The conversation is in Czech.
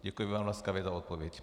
Děkuji vám laskavě za odpověď.